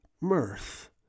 mirth